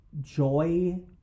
joy